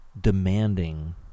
demanding